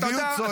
הצביעות צועקת.